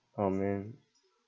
oh man